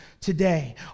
today